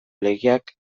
legeak